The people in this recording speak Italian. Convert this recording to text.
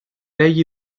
egli